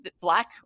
black